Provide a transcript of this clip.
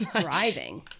driving